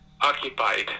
occupied